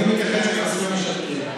אז אני מתייחס לטפסים ממשלתיים.